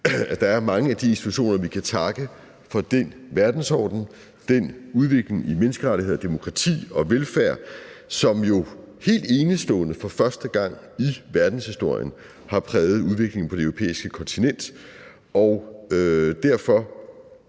at der er mange af de institutioner, vi kan takke for den verdensorden og den udvikling i menneskerettigheder, demokrati og velfærd, som jo helt enestående for første gang i verdenshistorien har præget udviklingen på det europæiske kontinent, og derfor